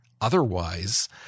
otherwise